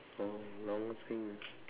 a long thing